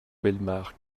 bellemare